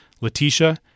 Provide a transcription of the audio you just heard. Letitia